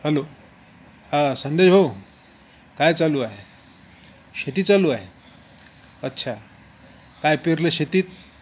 hello हां संदेश भाऊ काय चालू आहे शेती चालू आहे अच्छा काय पेरलं शेतीत